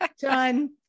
done